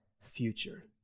future